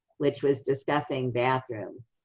which was discussing bathrooms,